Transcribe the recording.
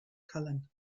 cullen